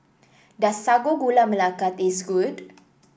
does Sago Gula Melaka taste good